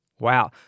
Wow